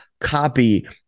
copy